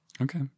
okay